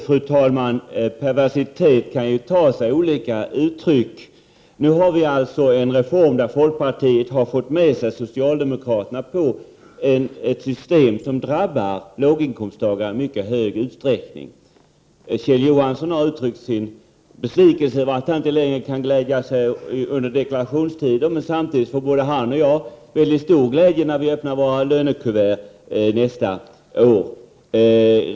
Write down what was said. Fru talman! Perversitet kan ju ta sig olika uttryck. Nu har vi en reform där folkpartiet fått med sig socialdemokraterna på ett system som drabbar låginkomsttagarna i mycket stor utsträckning. Kjell Johansson har uttryckt sin besvikelse över att han inte längre kan glädja sig i deklarationstider, men samtidigt kan både han och jag känna stor glädje när vi öppnar våra lönekuvert nästa år.